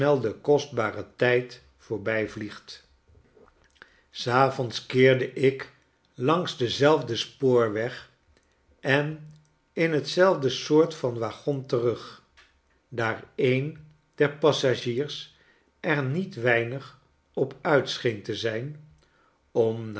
de kostbare tijd voorbij vliegt s avonds keerde ik langs denzelfden spoorweg en in dezelfde soort van waggon terug daar een der passagiers er niet weinig op uit scheen te zijn om